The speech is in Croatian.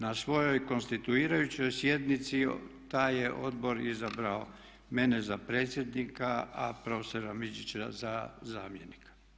Na svojoj konstituirajućoj sjednici taj je odbor izabrao mene za predsjednika a profesora Midžića za zamjenika.